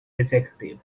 executive